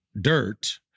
dirt